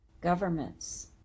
governments